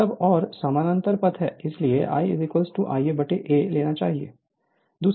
तब और समांतर पथ है इसलिए I IaA लेना चाहिए